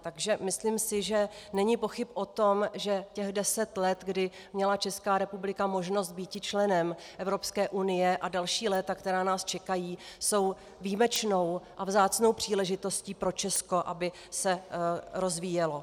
Takže myslím si, že není pochyb o tom, že těch deset let, kdy měla Česká republika možnost býti členem Evropské unie, a další léta, která nás čekají, jsou výjimečnou a vzácnou příležitostí pro Česko, aby se rozvíjelo.